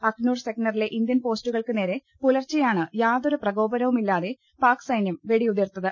അഖ്നൂർ സെക്ടറിലെ ഇന്ത്യൻ പോസ്റ്റുകൾക്കുനേരെ പുലർച്ചെയാണ് യാതൊരു പ്രകോപനവുമില്ലാതെ പാക് സൈന്യം വ്വെടിയുതിർത്തത്